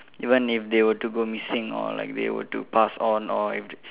even if they were to go missing or like they were to pass on or if they